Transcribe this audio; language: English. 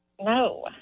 No